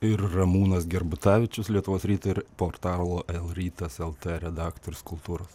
ir ramūnas gerbutavičius lietuvos ryto ir portalo lrytas lt redaktorius kultūros